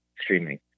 streaming